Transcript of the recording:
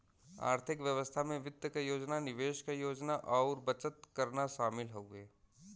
आर्थिक व्यवस्था में वित्त क योजना निवेश क योजना और बचत करना शामिल हउवे